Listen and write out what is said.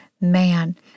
man